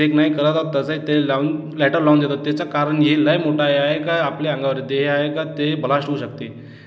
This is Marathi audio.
चेक नाही करत तसंही ते लावून लायटर लावून देतात त्याचं कारण हे लई मोठं आहे का आपल्या अंगावर हे आहे का ते ब्लास्ट होऊ शकते